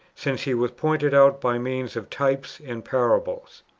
since he was pointed out by means of types and parables.